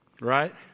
Right